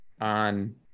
on